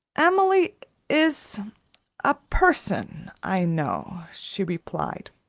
emily is a person i know, she replied.